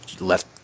left